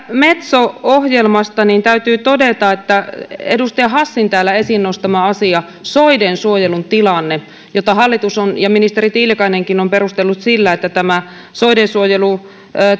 metso ohjelmasta täytyy todeta edustaja hassin täällä esiin nostama asia soidensuojelun tilanne jota hallitus ja ministeri tiilikainenkin on perustellut sillä että tätä soidensuojelun